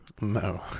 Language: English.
no